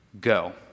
go